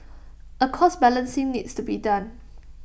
A cost balancing needs to be done